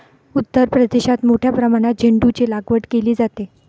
उत्तर प्रदेशात मोठ्या प्रमाणात झेंडूचीलागवड केली जाते